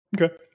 Okay